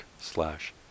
slash